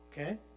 Okay